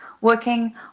working